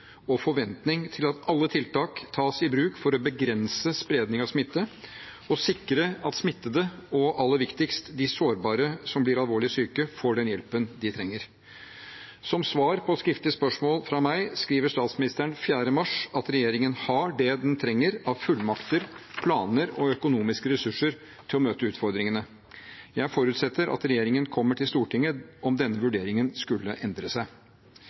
og forventning til at alle tiltak tas i bruk for å begrense spredning av smitte og for å sikre at smittede og – aller viktigst – de sårbare som blir alvorlig syke, får den hjelpen de trenger. Som svar på skriftlig spørsmål fra meg skriver statsministeren den 4. mars at regjeringen «har det vi trenger av fullmakter, planer og økonomiske ressurser til å møte utfordringen». Jeg forutsetter at regjeringen kommer til Stortinget om denne vurderingen skulle endre seg.